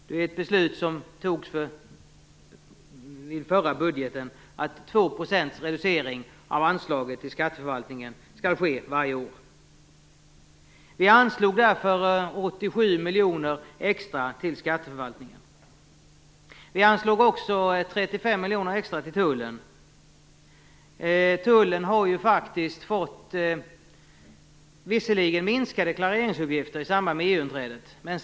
Det var ett beslut som fattades i samband med den förra budgeten: Anslaget till skatteförvaltningen skall reduceras med 2 % varje år. Vi anslog därför 87 miljoner extra till skatteförvaltningen. Vi anslog också 35 miljoner extra till tullen. Tullen har visserligen fått minskade klareringsuppgifter i samband med EU-inträdet.